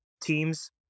teams